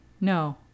No